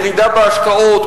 ירידה בהשקעות,